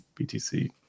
BTC